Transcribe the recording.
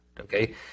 Okay